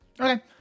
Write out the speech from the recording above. Okay